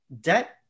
debt